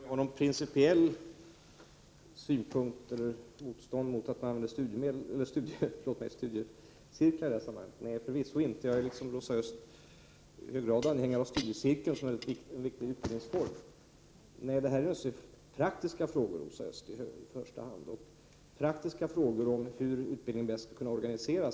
Herr talman! Rosa Östh frågar om jag har något principiellt motstånd mot att man använder sig av studiecirklar i detta sammanhang. Nej, förvisso inte. Jag är liksom Rosa Östh anhängare av studiecirkeln som en viktig utbildningsform. I första hand är det i detta sammanhang fråga om praktiska frågor, Rosa Östh — om hur utbildningen bäst skall kunna organiseras.